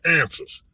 answers